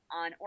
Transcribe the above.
on